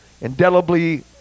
indelibly